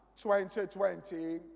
2020